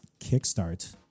kickstart